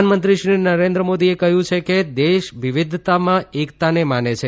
પ્રધાનમંત્રી શ્રી નરેન્દ્ર મોદીએ કહ્યું કે દેશ વિવિધતામાં એકતાને માને છે